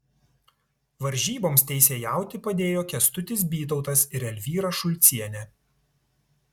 varžyboms teisėjauti padėjo kęstutis bytautas ir elvyra šulcienė